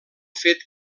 fet